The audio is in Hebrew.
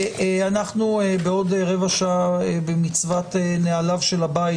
אנחנו בעוד רבע שעה במצוות נהליו של הבית,